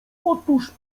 otóż